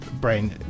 brain